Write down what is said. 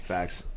Facts